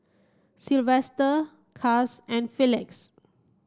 Silvester Cas and Felix